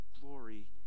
glory